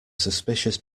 suspicious